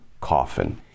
coffin